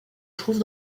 trouve